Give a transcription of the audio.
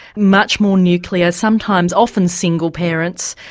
much more nuclear, sometimes often single parents.